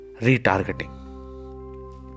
retargeting